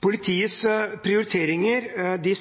Politiets prioriteringer